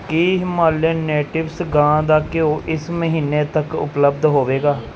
ਕੀ Himalayan natives ਗਾਂ ਦਾ ਘਿਓ ਇਸ ਮਹੀਨੇ ਤੱਕ ਉਪਲੱਬਧ ਹੋਵੇਗਾ